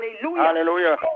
Hallelujah